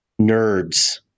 nerds